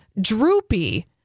droopy